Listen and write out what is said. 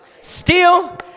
Steal